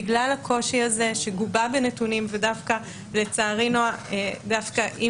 בגלל הקושי הזה שגובה בנתונים ודווקא לצערנו אם